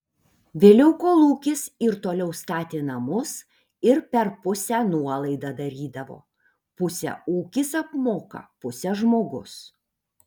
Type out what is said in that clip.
vėliau kolūkis ir toliau statė namus ir per pusę nuolaidą darydavo pusę ūkis apmoka pusę žmogus